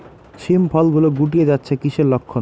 শিম ফল গুলো গুটিয়ে যাচ্ছে কিসের লক্ষন?